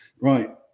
right